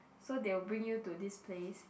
so they will bring you to this place